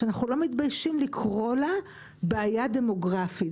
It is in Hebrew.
שאנחנו לא מתביישים לקרוא לה בעיה דמוגרפית.